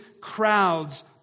crowds